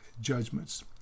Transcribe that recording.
judgments